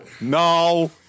No